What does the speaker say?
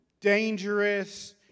dangerous